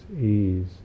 ease